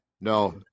No